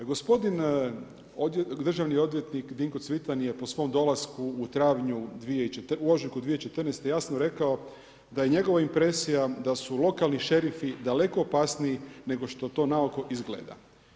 Gospodin državni odvjetnik Dinko Cvitan je po svom dolasku u ožujku 2014. jasno rekao da je njegova impresija da su lokalni šerifi daleko opasniji nego što to na oko izgleda.